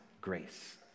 grace